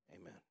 amen